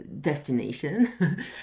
destination